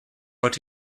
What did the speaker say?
but